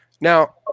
now